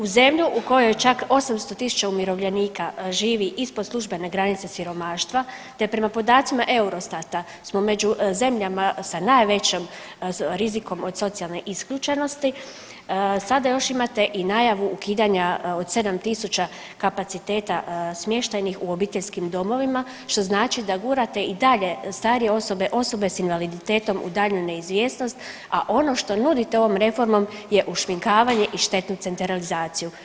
U zemlji u kojoj je čak 800.000 umirovljenika živi ispod službene granice siromaštva te prema podacima Eurostata smo među zemljama sa najvećim rizikom od socijalne isključenosti, sada još imate i najavu ukidanja od 7000 kapaciteta smještajnih u obiteljskim domovima što znači da gurate i dalje starije osobe, osobe s invaliditetom u daljnju neizvjesnost, a ono što nudite ovom reformom je ušminkavanje i štetnu centralizaciju.